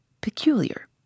Peculiar